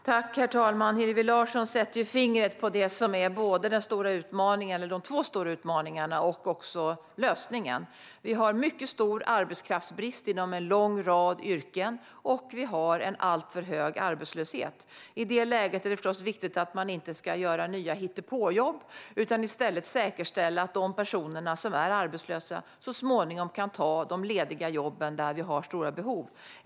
Herr talman! Hillevi Larsson sätter fingret både på de två stora utmaningarna och på lösningen. Vi har en mycket stor arbetskraftsbrist inom en lång rad yrken, och vi har en alltför hög arbetslöshet. I det läget är det förstås viktigt att man inte gör nya hittepåjobb utan i stället säkerställer att de personer som är arbetslösa så småningom kan ta de lediga jobben där vi har stora arbetskraftsbehov.